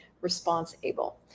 response-able